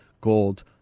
Gold